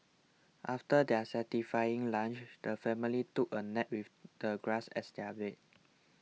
after their satisfying lunch the family took a nap with the grass as their bed